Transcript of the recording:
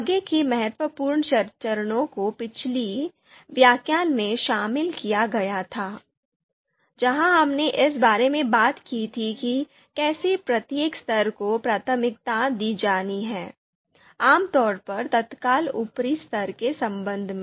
आगे के महत्वपूर्ण चरणों को पिछले व्याख्यान में शामिल किया गया था जहां हमने इस बारे में बात की थी कि कैसे प्रत्येक स्तर को प्राथमिकता दी जानी है आमतौर पर तत्काल ऊपरी स्तर के संबंध में